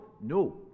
no